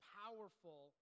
powerful